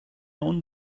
own